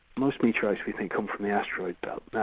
most meteorites, we think, come from the asteroid belt. now,